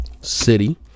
city